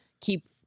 keep